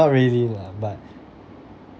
not really lah but